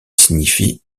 signifie